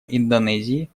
индонезии